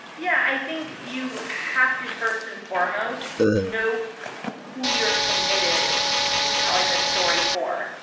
yeah i think you have to first and foremost know who you're committed to telling the story for.